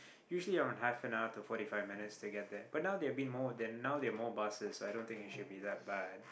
usually around half an hour to forty five minutes to get there but now there be more than now more buses i don't think it should be that bad